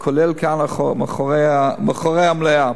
כולל כאן, מאחורי המליאה.